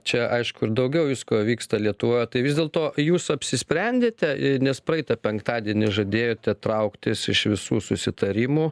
čia aišku ir daugiau visko vyksta lietuvoje tai vis dėlto jūs apsisprendėte nes praeitą penktadienį žadėjote trauktis iš visų susitarimų